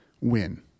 win